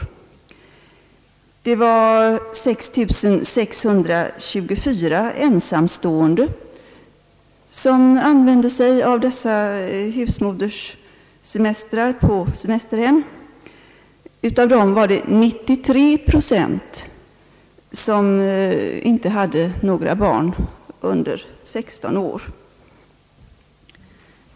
Dessutom var det 6 624 ensamstående som kom i åtnjutande av husmoderssemester på semesterhem. Av dessa hade 93 procent inte några barn under 16 år.